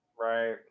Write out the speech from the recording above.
right